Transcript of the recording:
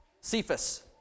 Cephas